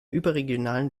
überregionalen